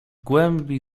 głębi